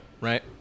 Right